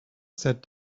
sat